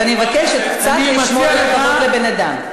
אז אני מבקשת קצת לשמור על הכבוד לבן-אדם.